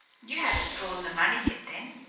you haven't drawn the money yet, then?